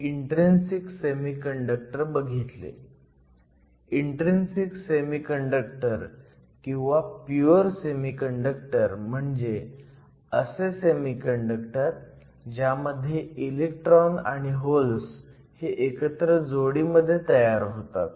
intrinsic semiconductor किंवा pure semiconductor म्हणजे असे सेमीकंडक्टर ज्यामध्ये इलेक्ट्रॉन आणि होल्स हे एकत्र जोडीमध्ये तयार होतात